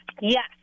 Yes